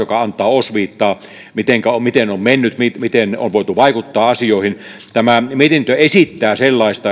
joka antaa osviittaa miten on mennyt miten miten on voitu vaikuttaa asioihin tämä mietintö esittää sellaista